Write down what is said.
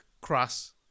cross